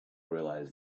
realise